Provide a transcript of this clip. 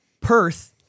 Perth